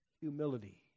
humility